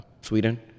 Sweden